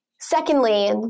Secondly